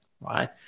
right